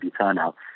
turnout